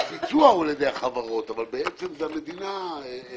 שהביצוע הוא על ידי החברות אבל בעצם זה המדינה קובעת